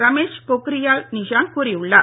ரமேஷ் பொக்ரியால் நிஷாங்க் கூறியுள்ளார்